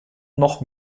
noch